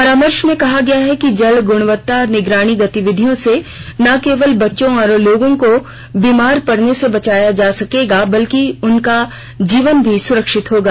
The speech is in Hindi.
परामर्श में कहा गया है कि जल गुणवत्ता निगरानी गतिविधियों से न केवल बच्चों और लोगों को बीमार पड़ने से बचाया जा सकेगा बल्कि उनका जीवन भी सुरक्षित होगा